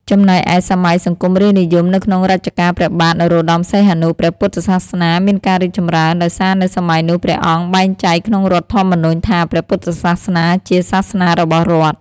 ចំណែកឯ សម័យសង្គមរាស្ត្រនិយម នៅក្នុងរជ្ជកាលព្រះបាទនរោត្តមសីហនុ ព្រះពុទ្ធសាសនាមានការរីកចម្រើន ដោយសារនៅសម័យនោះ ព្រះអង្គបានចែងក្នុងរដ្ឋធម្មនុញ្ញ ថា "ព្រះពុទ្ធសាសនាជាសាសនារបស់រដ្ឋ" ។